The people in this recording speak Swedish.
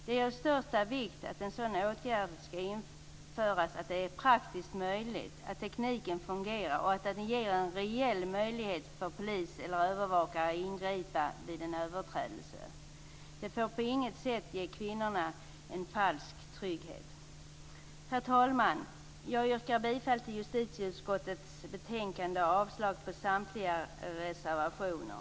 Det är av största vikt att en sådan åtgärd skall införas om det är praktiskt möjligt, att tekniken fungerar och att det ger en reell möjlighet för polis eller övervakare att ingripa vid en överträdelse. Det får på inget sätt ge kvinnorna en falsk trygghet. Herr talman! Jag yrkar bifall till justitieutskottets hemställan och avslag på samtliga reservationer.